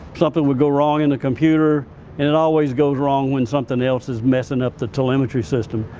something would go wrong in the computer, and it always goes wrong when something else is messing up the telemetry system,